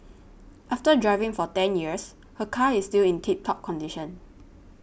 after driving for ten years her car is still in tip top condition